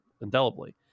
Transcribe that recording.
indelibly